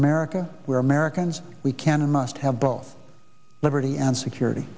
america where americans we can and must have both liberty and security